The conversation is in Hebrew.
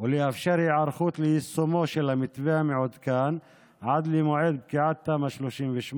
ולאפשר היערכות ליישומו של המתווה המעודכן עד למועד פקיעת תמ"א 38,